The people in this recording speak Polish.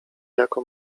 jako